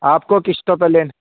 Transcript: آپ کو قسطوں پہ لین